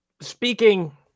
Speaking